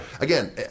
again